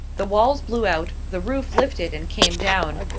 the walls blew out, the roof lifted and came down,